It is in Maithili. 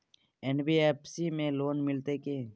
एन.बी.एफ.सी में लोन मिलते की?